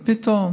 ופתאום